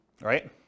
right